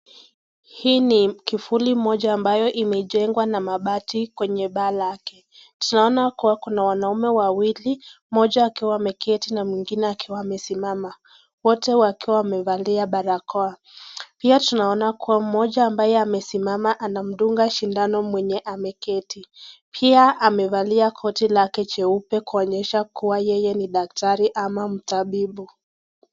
Hii ni kivulu moja ambayo imejengwa na mabati kwenye paa lake. Tunaona kuwa kuna wanaume wawili moja akiwa ameketi na mwingine akiwa amesimama, wote wakiwa wamevalia barakoa. Pia tunaona kuwa moja ambaye amesimama anamdunga sindano mwenye ameketi. Pia amevalia koti lake jeupe kuonyesha kuwa yeye ni daktari ama mtabibu.